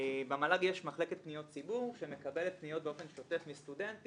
במל"ג יש מחלקת פניות ציבור שמקבלת פניות באופן שוטף מסטודנטים